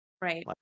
right